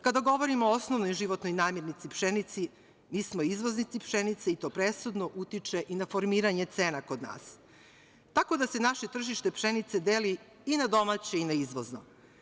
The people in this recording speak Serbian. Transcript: Kada govorimo o osnovnoj životnoj namirnici pšenici, mi smo izvoznici pšenice i to presudno utiče i na formiranje cena kod nas, tako da se naše tržište pšenice deli i na domaće i na izvozno.